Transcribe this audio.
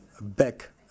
back